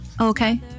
Okay